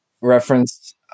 reference